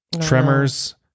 Tremors